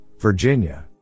Virginia